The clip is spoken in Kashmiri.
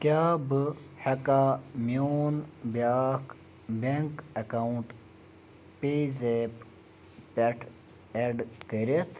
کیٛاہ بہٕ ہیٚکاہ میٛون بیٛاکھ بیٚنٛک ایٚکاونٛٹ پیز ایپ پٮ۪ٹھ ایٚڈ کٔرِتھ